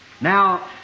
Now